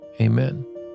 Amen